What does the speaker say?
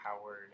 howard